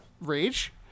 rage